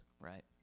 Right